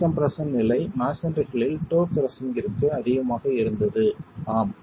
pre compression நிலை மஸோன்றிகளில் டோ கிரஸ்ஸிங்ற்கு அதிகமாக இருந்தது ஆம்